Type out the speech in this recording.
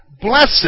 blessed